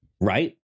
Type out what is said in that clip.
right